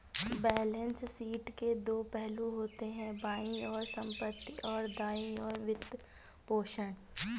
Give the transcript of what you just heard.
balance sheet के दो पहलू होते हैं, बाईं ओर संपत्ति, और दाईं ओर वित्तपोषण